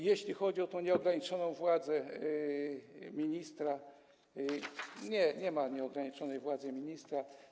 Jeśli chodzi o tę nieograniczoną władzę ministra, nie ma nieograniczonej władzy ministra.